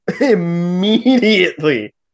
Immediately